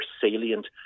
salient